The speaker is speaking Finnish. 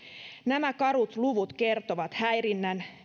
nämä karut luvut kertovat häirinnän